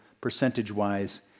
percentage-wise